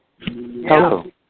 Hello